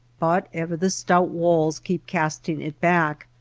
but ever the stout walls keep casting it back,